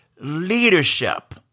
leadership